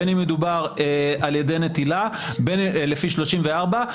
בין אם מדובר על ידי נטילה לפי 34,